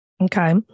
Okay